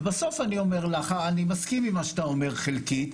ובסוף אני אומר, אני מסכים עם מה שאתה אומר חלקית.